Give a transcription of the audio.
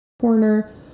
corner